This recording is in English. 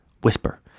Whisper